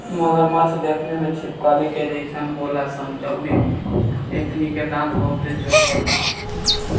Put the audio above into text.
मगरमच्छ देखे में छिपकली के जइसन होलन सन अउरी एकनी के दांत बहुते चोख होला